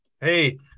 Hey